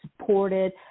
supported